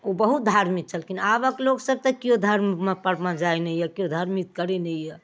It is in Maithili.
ओ बहुत धार्मिक छलखिन आबक लोक सभ केओ धर्ममे परमे जाइ नहि यऽ केओ धर्म ई करै नहि यऽ